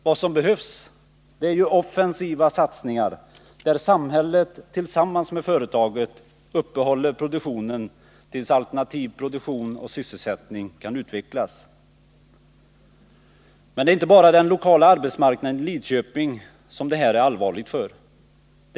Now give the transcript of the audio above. Vad som behövs är ju offensiva satsningar, där samhället tillsammans med företaget upprätthåller produktionen tills alternativ pro duktion och sysselsättning kan utvecklas. Nr 56 Det här är emellertid allvarligt inte bara för den lokala arbetsmarknaden i Tisdagen den Lidköping, utan det är också allvarligt för länet.